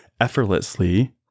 effortlessly